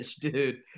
dude